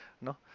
No